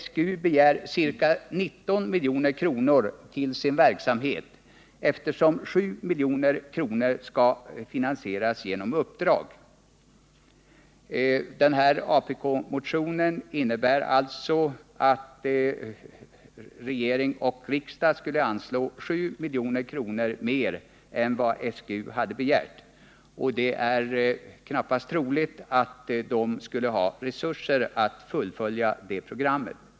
SGU begär ca 19 milj.kr. till sin verksamhet, eftersom 7 milj.kr. skall finansieras genom uppdrag. Apk-motionen innebär alltså att regering och riksdag skulle anslå 7 milj.kr. mer än vad SGU har begärt, och det är knappast troligt att man skulle ha resurser att fullfölja det programmet.